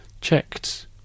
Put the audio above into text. checked